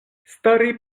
stari